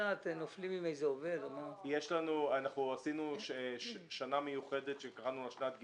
אנחנו עשינו שנה מיוחדת שקראנו לה שנת גיוון,